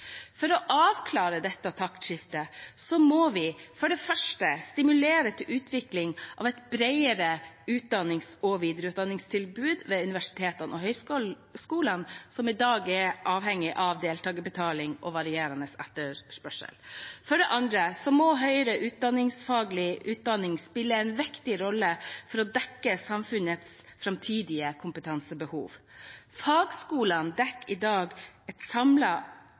For å avklare dette taktskiftet må vi for det første stimulere til utvikling av et bredere utdannings- og videreutdanningstilbud ved universitetene og høyskolene, som i dag er avhengig av deltakerbetaling og varierende etterspørsel. For det andre må høyere yrkesfaglig utdanning spille en viktig rolle for å dekke samfunnets framtidige kompetansebehov. Fagskolene dekker i dag samlet et